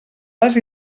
les